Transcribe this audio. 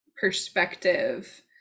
perspective